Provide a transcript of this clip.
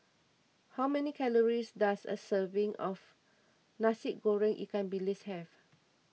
how many calories does a serving of Nasi Goreng Ikan Bilis have